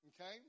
okay